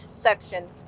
section